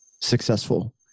successful